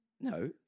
No